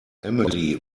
emily